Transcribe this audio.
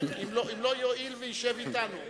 אם לא, יואיל וישב אתנו.